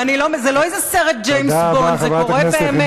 וזה לא איזה סרט ג'יימס בונד, זה קורה באמת.